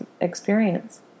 experience